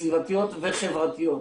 סביבתיות וחברתיות.